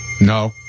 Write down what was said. No